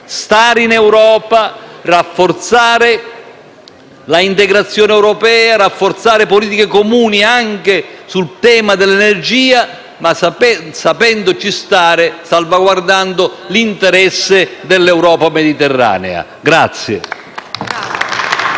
Stare in Europa, rafforzare l'integrazione europea e rafforzare politiche comuni anche sul tema dell'energia, ma sapendoci stare e salvaguardando l'interesse dell'Europa mediterranea.